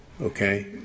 Okay